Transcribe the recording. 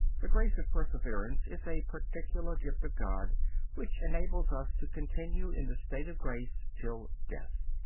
the grace of perseverance is a particular gift of god which enables us to continue in the state of grace till death.